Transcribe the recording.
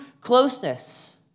closeness